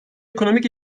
ekonomik